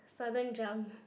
sudden jump